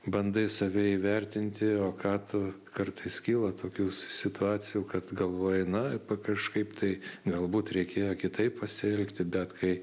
bandai save įvertinti o ką tu kartais kyla tokių situacijų kad galvoji na kažkaip tai galbūt reikėjo kitaip pasielgti bet kai